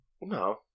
No